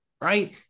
right